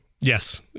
Yes